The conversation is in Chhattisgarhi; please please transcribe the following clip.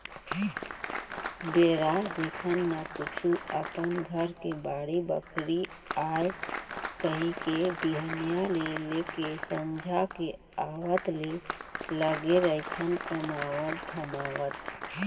बेरा देखन न कुछु अपन घर के बाड़ी बखरी आय कहिके बिहनिया ले लेके संझा के आवत ले लगे रहिथन कमावत धमावत